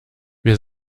wir